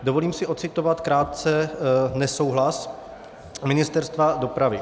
Dovolím si ocitovat krátce nesouhlas Ministerstva dopravy.